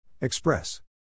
Express